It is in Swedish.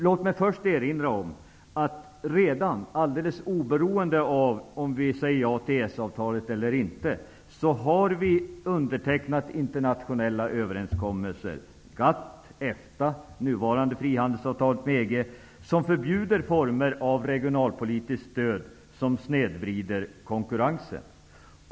Låt mig först erinra om att vi redan, alldeles oberoende av om vi säger ja till EES-avtalet eller ej, har undertecknat internationella överenskommelser -- GATT, EFTA och det nuvarande frihandelsavtalet med EG -- som förbjuder former av regionalpolitiskt stöd som snedvrider konkurrensen.